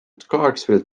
clarksville